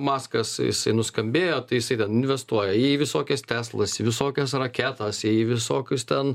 maskas jisai nuskambėjo tai jisai investuoja į visokias teslas į visokias raketas į visokius ten